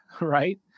right